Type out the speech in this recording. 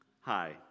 Hi